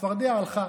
הצפרדע הלכה.